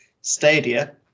Stadia